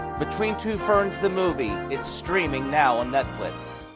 between two ferns the movie. it's streaming now on netflix.